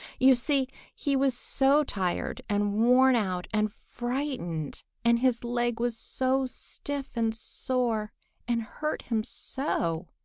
you see he was so tired and worn out and frightened, and his leg was so stiff and sore and hurt him so!